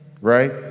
Right